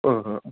ओ हो